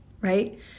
Right